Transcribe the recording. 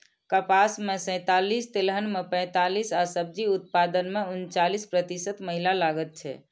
कपास मे सैंतालिस, तिलहन मे पैंतालिस आ सब्जी उत्पादन मे उनचालिस प्रतिशत महिला लागल छै